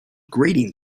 grating